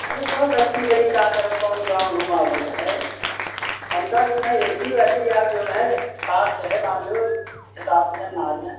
अरे बस अत्ती बड़ी का करब कौन गाँव घुमावयक हय हमका जौ है ए सी वाली या जो है कार वेही मान लो छः सात जन आ जाये